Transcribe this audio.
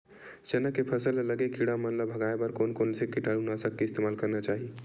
चना के फसल म लगे किड़ा मन ला भगाये बर कोन कोन से कीटानु नाशक के इस्तेमाल करना चाहि?